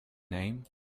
name